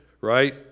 right